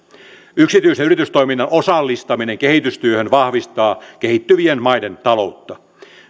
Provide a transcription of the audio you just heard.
yksityisen yritystoiminnan osallistaminen kehitystyöhön vahvistaa kehittyvien maiden taloutta